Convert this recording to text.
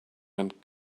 went